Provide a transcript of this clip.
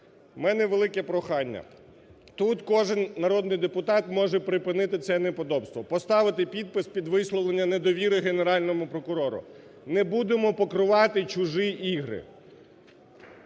У мене велике прохання. Тут кожен народний депутат може припинити це неподобство. Поставити підпис під висловлення недовіри Генеральному прокурору. Не будемо покривати чужі ігри!